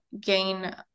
gain